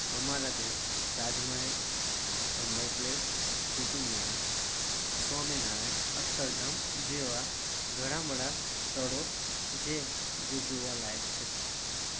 અમારા ત્યાં તાજમહેલ અંબર પેલેસ કુતુબ મિનાર સ્વામિનારાયણ અક્ષર ધામ જેવાં ઘણાં બધાં સ્થળો જે જે જોવાલાયક છે